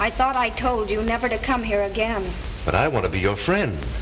i thought i told you never to come here again but i want to be your friend